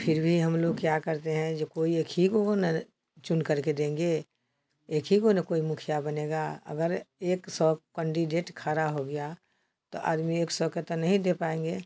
फिर भी हम लोग क्या करते हैं जो कोई एक ही गो को ना चुन कर के देंगे एक ही गो ना कोई मुखिया बनेगा अगर एक सौ कैंडिडेट खड़ा हो गया तो आदमी एक सौ को तो नहीं दे पाएंगे